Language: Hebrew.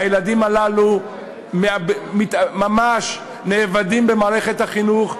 הילדים הללו ממש נאבדים במערכת החינוך,